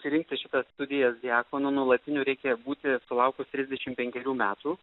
priimti šitas studijas diakonų nuolatiniu reikia būti sulaukus trisdešimt penkerių metų